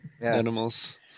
animals